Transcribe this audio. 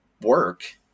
work